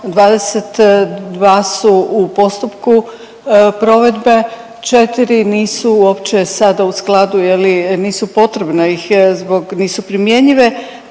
22 su u postupku provedbe, 4 nisu uopće sada u skladu je li nisu potrebne…/Govornik se ne